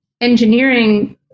engineering